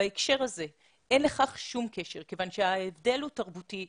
בהקשר הזה אין לכך שום קשר כיוון שההבדל הוא תרבותי,